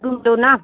ढूंढो ना